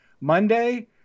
monday